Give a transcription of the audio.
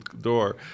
door